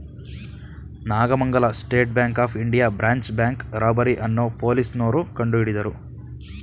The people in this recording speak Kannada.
Nagamangala state bank of India branch bank robbery ಅನ್ನೋ ಪೊಲೀಸ್ನೋರು ಕಂಡುಹಿಡಿದರು